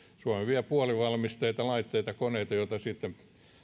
suomi vie puolivalmisteita laitteita koneita joita sitten